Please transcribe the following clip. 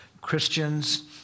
Christians